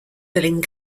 filling